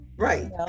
Right